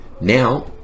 now